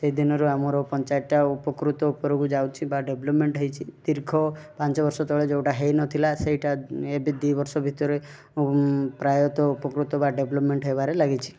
ସେଇ ଦିନରୁ ଆମର ପଞ୍ଚାୟତଟା ଉପକୃତ ଉପରକୁ ଯାଉଛି ବା ଡେଭଲପମେଣ୍ଟ୍ ହେଇଛି ଦୀର୍ଘ ପାଞ୍ଚ ବର୍ଷ ତଳେ ଯେଉଁଟା ହେଇ ନଥିଲା ସେଇଟା ଏବେ ଦୁଇ ବର୍ଷ ଭିତରେ ପ୍ରାୟତଃ ଉପକୃତ ବା ଡେଭଲପମେଣ୍ଟ୍ ହେବାରେ ଲାଗିଛି